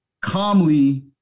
calmly